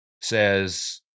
says